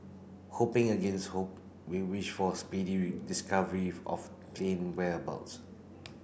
hoping against hope we wish for speedy re discovery of plane whereabouts